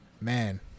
Man